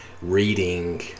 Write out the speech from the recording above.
reading